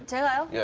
hello yeah